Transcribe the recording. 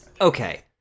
Okay